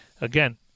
again